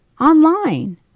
online